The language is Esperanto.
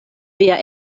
via